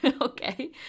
okay